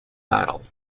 battle